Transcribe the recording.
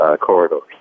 corridors